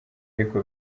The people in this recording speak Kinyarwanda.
ariko